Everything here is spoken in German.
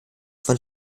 von